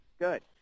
Good